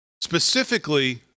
Specifically